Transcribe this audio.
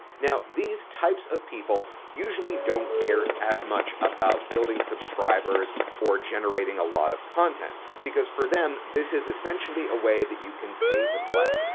now these types of people usually don't care as much about building subscribers or generating a lot of content, because for them this is essentially a way that you can pay to play.